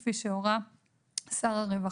כפי שהורה שר הרווחה.